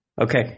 Okay